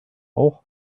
auch